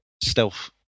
stealth